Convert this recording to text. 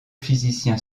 physicien